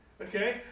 Okay